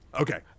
Okay